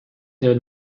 der